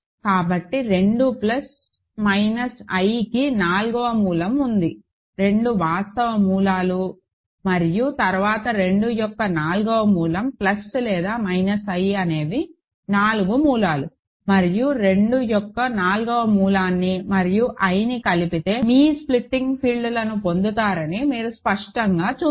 కాబట్టి 2 plus minus iకి నాల్గవ మూలం ఉంది రెండు వాస్తవ మూలాలు మరియు తర్వాత 2 యొక్క నాల్గవ మూలం ప్లస్ లేదా మైనస్ i అనేవి 4 మూలాలు మరియు మీరు 2 యొక్క నాల్గవ మూలాన్ని మరియు i ని కలిపితే మీ స్ప్లిట్టింగ్ ఫీల్డ్ను పొందుతారని మీరు స్పష్టంగా చూస్తారు